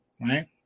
Right